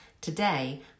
Today